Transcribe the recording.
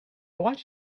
want